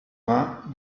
vingts